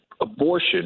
abortion